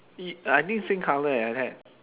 y~ ah I think same colour leh like that